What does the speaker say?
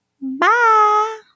Bye